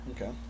Okay